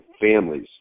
families